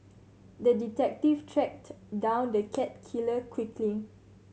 the detective tracked down the cat killer quickly